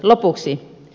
lopuksi